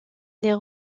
les